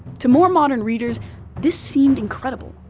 to more modern readers this seemed incredible,